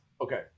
okay